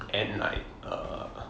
at night err